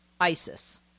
ISIS